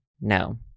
no